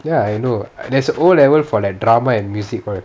ya I know there's a O level for like drama and music right